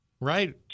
Right